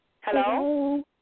Hello